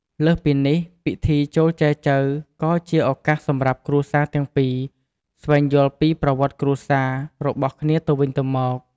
លើសពីនេះ ពិធីចូលចែចូវក៏ជាឱកាសសម្រាប់គ្រួសារទាំងពីរ ស្វែងយល់ពីប្រវត្តិគ្រួសារ របស់គ្នាទៅវិញទៅមក។